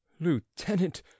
Lieutenant